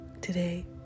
Today